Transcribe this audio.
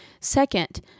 Second